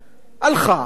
הלכה,